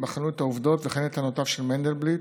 בחנו את העובדות וכן את טענותיו של מנדלבליט.